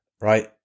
right